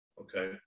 Okay